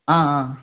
ஆ ஆ